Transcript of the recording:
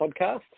podcast